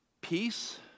Peace